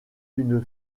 une